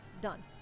done